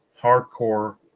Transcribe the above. Hardcore